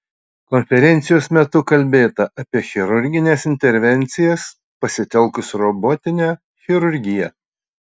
konferencijos metu kalbėta apie chirurgines intervencijas pasitelkus robotinę chirurgiją